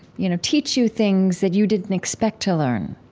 you know, teach you things that you didn't expect to learn,